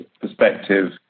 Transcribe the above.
perspective